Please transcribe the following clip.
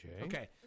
Okay